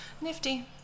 nifty